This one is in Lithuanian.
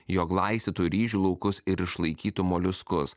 jog glaistytų ryžių laukus ir išlaikytų moliuskus